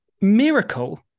miracle